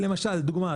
לדוגמה,